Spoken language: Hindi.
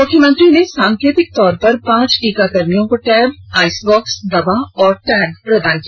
मुख्यमंत्री ने सांकेतिक तौर पर पांच टीका कर्मियों को टैब आइस बॉक्स दवा और टैग प्रदान किया